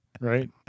right